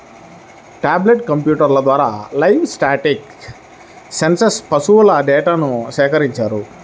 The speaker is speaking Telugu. టాబ్లెట్ కంప్యూటర్ల ద్వారా లైవ్స్టాక్ సెన్సస్ పశువుల డేటాను సేకరించారు